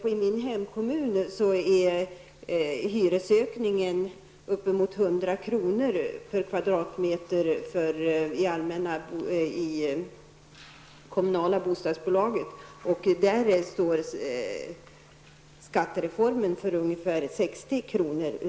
I min hemkommun är hyreshöjningen ca 100 kr./m2 inom det kommunala bostadsbolaget. Av denna höjning står skattereformen för ungefär 60 kr.